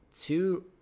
two